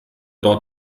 dort